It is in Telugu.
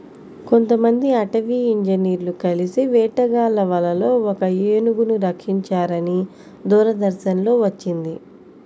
కొంతమంది అటవీ ఇంజినీర్లు కలిసి వేటగాళ్ళ వలలో ఒక ఏనుగును రక్షించారని దూరదర్శన్ లో వచ్చింది